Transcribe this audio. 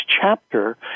chapter